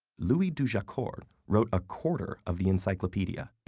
louis de jaucourt wrote a quarter of the encyclopedia,